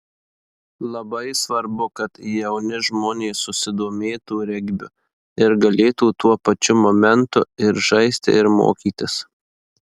labai svarbu kad jauni žmonės susidomėtų regbiu ir galėtų tuo pačiu momentu ir žaisti ir mokytis